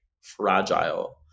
fragile